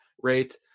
rate